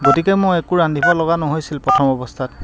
গতিকে মই একো ৰান্ধিব লগা নহৈছিল প্ৰথম অৱস্থাত